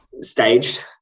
Staged